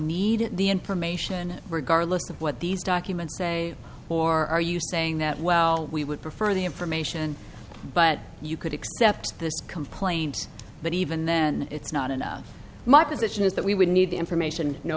need the information regardless of what these documents say or are you saying that well we would prefer the information but you could accept this complaint but even then it's not enough my position is that we would need the information no